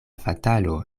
fatalo